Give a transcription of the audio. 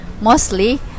mostly